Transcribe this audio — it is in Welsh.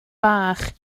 bach